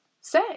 say